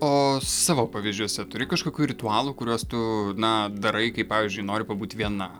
o savo pavyzdžiuose turi kažkokių ritualų kuriuos tu na darai kai pavyzdžiui nori pabūt viena